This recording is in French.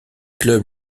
clubs